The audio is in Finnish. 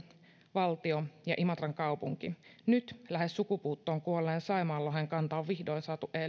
valtio ja imatran kaupunki nyt on lähes sukupuuttoon kuolleen saimaanlohen kanta vihdoin saatu